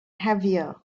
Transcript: heavier